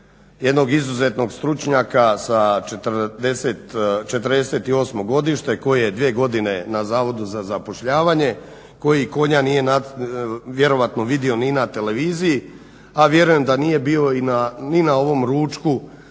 jednog izuzetnog stručnjaka '48. godište koji je 2 godine na Zavodu za zapošljavanje, koji konja nije vjerojatno vidio ni na televiziji, a vjerujem da nije bio ni na ovom ručku